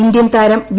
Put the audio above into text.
Indian താരം V